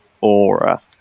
aura